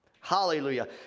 Hallelujah